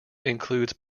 includes